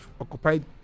occupied